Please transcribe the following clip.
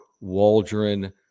Waldron